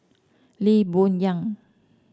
Lee Boon Yang